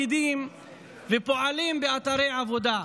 פקידים ופועלים באתרי עבודה,